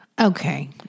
Okay